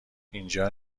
اینجا